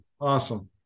Awesome